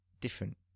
different